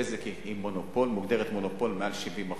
"בזק" היא מונופול, מוגדרת מונופול, מעל 70%,